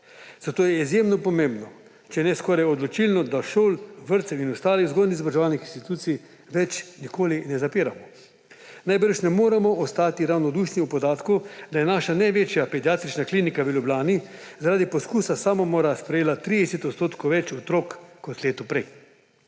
zato je izjemno pomembno, če ne skoraj odločilno, da šol, vrtcev in ostalih vzgojno-izobraževalnih institucij več nikoli ne zapiramo. Najbrž ne moremo ostati ravnodušni ob podatku, da je naša največje pediatrična klinika v Ljubljani zaradi poskusa samomora sprejela 30 odstotkov več otrok kot leto prej.